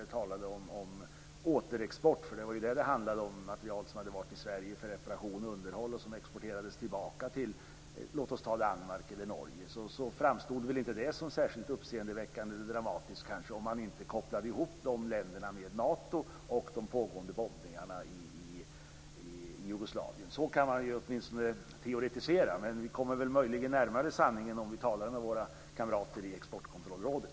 Det talades om återexport av materiel som hade varit i Sverige för reparation och underhåll och som exporterades tillbaka till Danmark eller Norge. Det framstod väl inte som särskilt uppseendeväckande eller dramatiskt om man inte kopplade ihop dessa länder med Nato och de pågående bombningarna i Jugoslavien. Så kan man teoretisera. Men vi kommer möjligen närmare sanningen om vi talar med våra kamrater i Exportkontrollrådet.